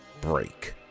break